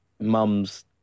mum's